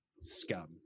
scum